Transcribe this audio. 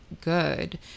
good